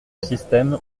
système